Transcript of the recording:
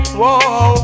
whoa